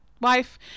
wife